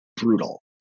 brutal